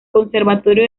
conservatorio